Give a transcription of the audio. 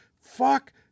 fuck